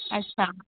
अच्छा